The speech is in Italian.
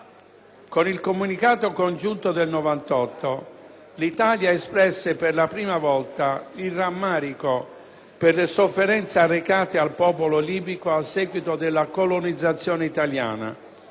Con il Comunicato congiunto del 1998, l'Italia espresse per la prima volta il rammarico per le sofferenze arrecate al popolo libico a seguito della colonizzazione italiana